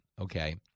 Okay